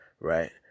Right